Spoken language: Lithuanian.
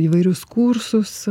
įvairius kursus